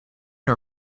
her